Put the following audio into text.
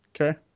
Okay